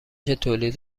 تولید